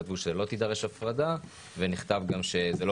כתבו שלא תידרש הפרדה ונכתב גם שזה לא